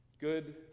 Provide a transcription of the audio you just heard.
Good